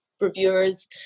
reviewers